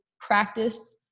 practice